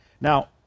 Now